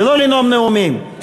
ולא לנאום נאומים.